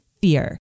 fear